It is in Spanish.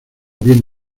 bien